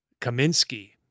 Kaminsky